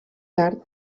tard